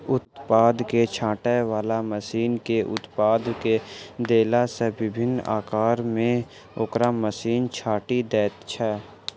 उत्पाद के छाँटय बला मशीन मे उत्पाद के देला सॅ विभिन्न आकार मे ओकरा मशीन छाँटि दैत छै